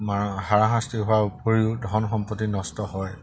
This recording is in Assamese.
হাৰাশাস্তি হোৱাৰ উপৰিও ধন সম্পত্তি নষ্ট হয়